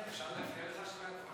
אפשר להפריע לך שנייה?